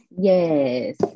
yes